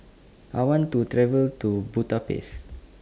I want to travel to Budapest